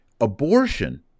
abortion